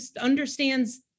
understands